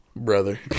Brother